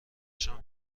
شام